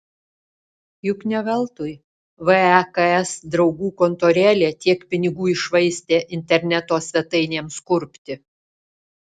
juk ne veltui veks draugų kontorėlė tiek pinigų iššvaistė interneto svetainėms kurpti